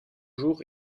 jours